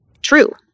true